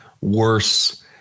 worse